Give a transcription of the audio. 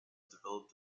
developed